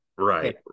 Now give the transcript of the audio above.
Right